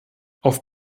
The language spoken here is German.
auf